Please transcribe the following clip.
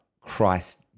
Christ